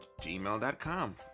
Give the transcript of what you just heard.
gmail.com